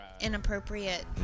Inappropriate